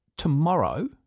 Tomorrow